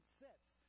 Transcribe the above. sets